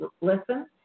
listen